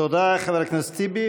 תודה לחבר הכנסת טיבי.